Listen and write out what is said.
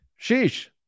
Sheesh